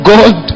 God